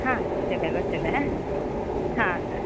ಹಾಂ ಗೊತ್ತಿದೆ ಗೊತ್ತಿದೆ ಹಾಂ ಸರಿ